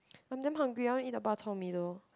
I'm damn hungry I want to eat the bak-chor-mee though